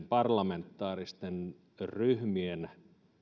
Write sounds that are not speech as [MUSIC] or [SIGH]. [UNINTELLIGIBLE] parlamentaaristen ryhmien